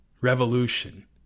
Revolution